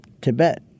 Tibet